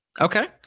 Okay